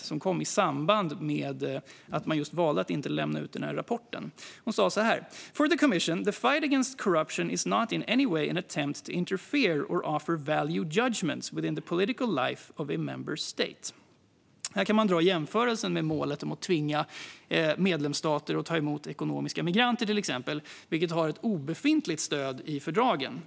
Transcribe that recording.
Uttalandet gjordes i samband med att man just valde att inte lämna ut rapporten, och hon sa så här: "For the commission, the fight against corruption is not in any way an attempt to interfere or offer value judgments within the political life in a member state." Här kan vi till exempel jämföra med målet om att tvinga medlemsstater att ta emot ekonomiska migranter, vilket har ett obefintligt stöd i fördragen.